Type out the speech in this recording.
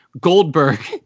Goldberg